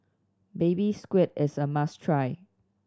Baby Squid is a must try